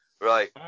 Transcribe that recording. Right